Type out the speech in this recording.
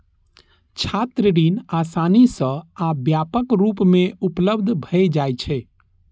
छात्र ऋण आसानी सं आ व्यापक रूप मे उपलब्ध भए जाइ छै